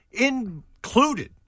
included